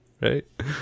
Right